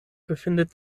befindet